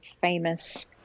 famous